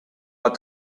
are